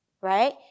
right